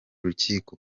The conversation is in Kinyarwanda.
rukiko